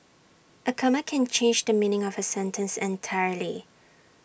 A comma can change the meaning of A sentence entirely